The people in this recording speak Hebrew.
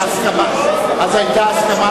אדוני היושב-ראש,